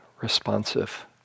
responsive